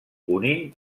unint